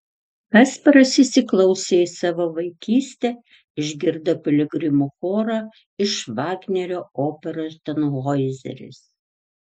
kasparas įsiklausė į savo vaikystę išgirdo piligrimų chorą iš vagnerio operos tanhoizeris